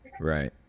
Right